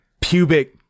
pubic